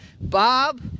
Bob